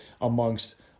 amongst